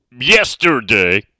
yesterday